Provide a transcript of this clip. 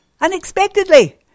unexpectedly